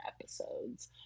episodes